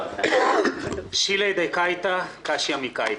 "שילהי דקייטא קשיא מקייטא".